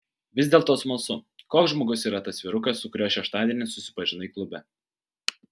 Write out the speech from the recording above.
vis dėlto smalsu koks žmogus yra tas vyrukas su kuriuo šeštadienį susipažinai klube